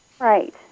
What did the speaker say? Right